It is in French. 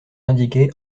indiqués